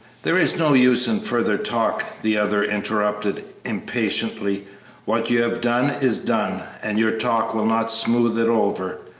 there is no use in further talk, the other interrupted, impatiently what you have done is done, and your talk will not smooth it over.